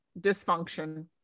dysfunction